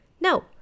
No